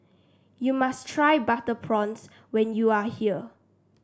you must try Butter Prawns when you are here